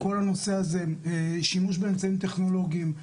שימוש באמצעים טכנולוגיים.